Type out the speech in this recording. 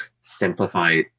simplify